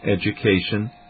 education